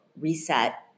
reset